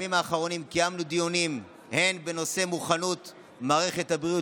בימים האחרונים קיימנו דיונים הן בנושא מוכנות מערכת הבריאות